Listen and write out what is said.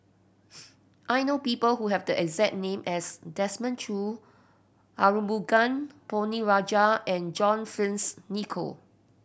I know people who have the exact name as Desmond Choo Arumugam Ponnu Rajah and John Fearns Nicoll